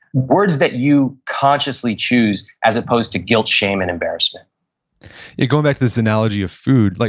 words that you consciously choose as opposed to guilt, shame and embarrassment going back to this analogy of food, like